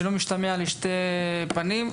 שלא משתמע לשתי פנים,